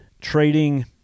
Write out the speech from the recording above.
trading